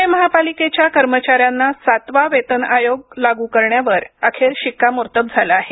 पुणे महापालिकेच्या कर्मचाऱ्यांना सातवा वेतन आयोग लागू करण्यावर अखेर शिक्कामोर्तब झालं आहे